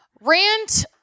Rant